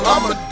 I'ma